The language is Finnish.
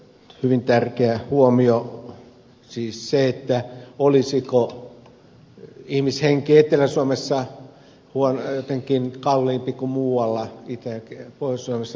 hyvin tärkeä huomio siis se olisiko ihmishenki etelä suomessa jotenkin kalliimpi kuin muualla itä ja pohjois suomessa